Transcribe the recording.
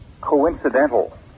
coincidental